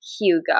hugo